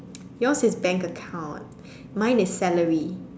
your is bank account mine is salary